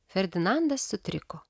ferdinandas sutriko